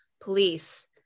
police